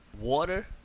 water